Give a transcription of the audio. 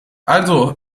also